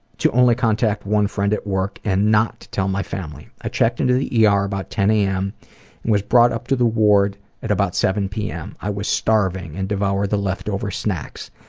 to only contact one friend at work and not to tell my family. i checked into the yeah ah er about ten am and was brought up to the ward at about seven pm. i was starving and devoured the leftover snacks.